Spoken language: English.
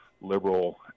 liberal